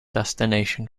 destination